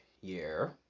year